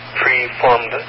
pre-formed